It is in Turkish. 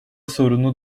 sorunu